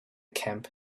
camp